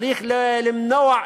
צריך למנוע,